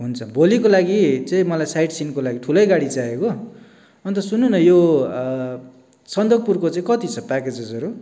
हुन्छ भोलिको लागि चाहिँ मलाई साइटसिइङ्गको लागि ठुलै गाडी चाहिएको अन्त सुन्नु न यो सन्दकपुरको चाहिँ कति छ प्याकेजेजहरू